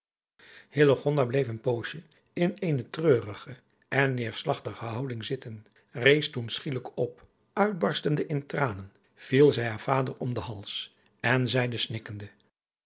bleef een poosje in eene treurige en neerslagtige houding zitten rees toen schielijk op uitbarstende in tranen viel zij haar vader om den hals en zeide